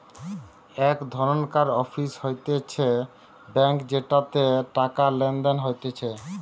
এক ধরণকার অফিস হতিছে ব্যাঙ্ক যেটাতে টাকা লেনদেন হতিছে